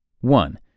One